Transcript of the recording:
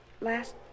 last